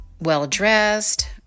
well-dressed